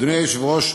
אדוני היושב-ראש,